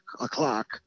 o'clock